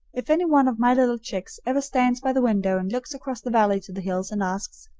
if any one of my little chicks ever stands by the window and looks across the valley to the hills and asks,